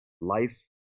life